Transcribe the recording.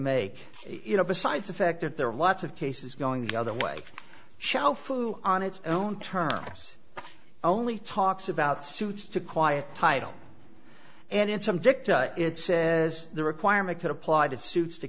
make you know besides the fact that there are lots of cases going the other way shall food on its own terms only talks about suits to quiet title and in some victor it says the requirement could apply that suits to